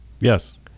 Yes